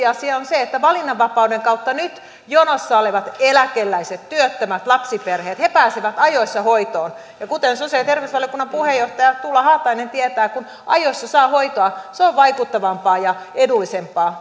asia on se että valinnanvapauden kautta nyt jonossa olevat eläkeläiset työttömät lapsiperheet pääsevät ajoissa hoitoon ja kuten sosiaali ja terveysvaliokunnan puheenjohtaja tuula haatainen tietää kun ajoissa saa hoitoa se on vaikuttavampaa ja edullisempaa